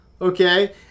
okay